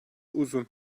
uzun